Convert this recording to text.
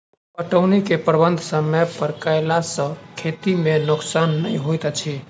पटौनीक प्रबंध समय पर कयला सॅ खेती मे नोकसान नै होइत अछि